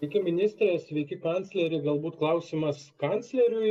sveiki ministre sveiki kancleri galbūt klausimas kancleriui